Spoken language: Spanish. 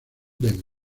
del